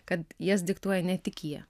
kad jas diktuoja ne tik jie